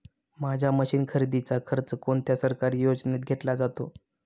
माझ्या मशीन खरेदीचा खर्च कोणत्या सरकारी योजनेत घेतला जातो?